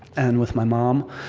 and with my mom,